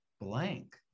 blank